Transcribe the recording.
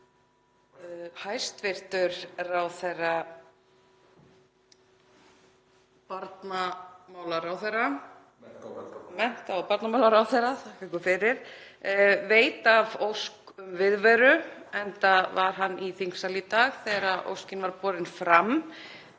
hæstv. mennta- og barnamálaráðherra viti af ósk um viðveru, enda var hann í þingsal í dag þegar óskin var borin fram.